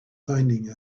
finding